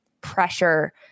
pressure